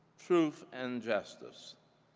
truth and justice.